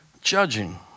judging